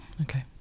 Okay